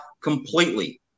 completely